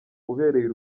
ubereye